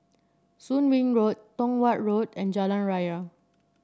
Soon Wing Road Tong Watt Road and Jalan Raya